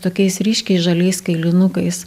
tokiais ryškiai žaliais kailinukais